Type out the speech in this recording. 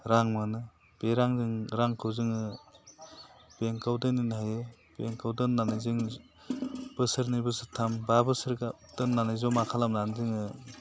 रां मोनो बे रांजों रांखौ जोङो बेंकआव दोनहैनो हायो बेंकआव दोननानै जों बोसोरनै बोसोरथाम बा बोसोर गाहाम दोननानै जमा खालामनानै दोनो